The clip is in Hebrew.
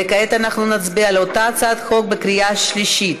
וכעת אנחנו נצביע על אותה הצעת חוק בקריאה שלישית.